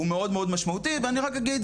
הוא מאוד מאוד משמעותי ואני רק אגיד,